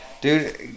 Dude